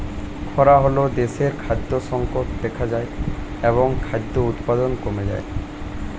খরা হলে দেশে খাদ্য সংকট দেখা যায় এবং খাদ্য উৎপাদন কমে যায়